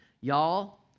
y'all